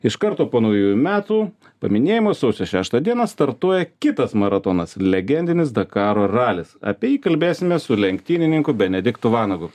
iš karto po naujųjų metų paminėjimo sausio šeštą dieną startuoja kitas maratonas legendinis dakaro ralis apie jį kalbėsime su lenktynininku benediktu vanagu